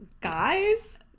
guys